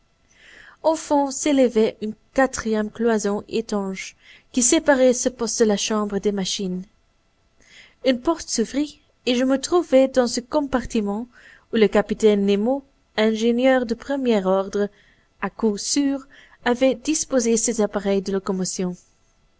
au fond s'élevait une quatrième cloison étanche qui séparait ce poste de la chambre des machines une porte s'ouvrit et je me trouvai dans ce compartiment où le capitaine nemo ingénieur de premier ordre à coup sûr avait disposé ses appareils de locomotion